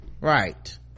Right